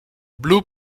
blue